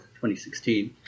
2016